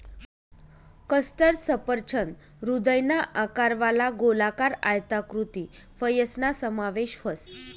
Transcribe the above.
custard सफरचंद हृदयना आकारवाला, गोलाकार, आयताकृती फयसना समावेश व्हस